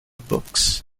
books